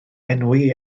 enwi